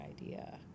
idea